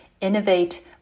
innovate